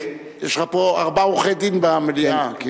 יש לך ארבעה עורכי-דין במליאה.